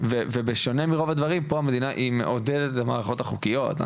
ובשונה מרוב הדברים פה המדינה מעודדת את המערכות החוקיות.